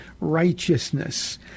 righteousness